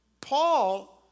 Paul